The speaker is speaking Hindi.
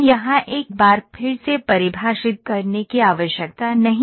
यहाँ एक बार फिर से परिभाषित करने की आवश्यकता नहीं है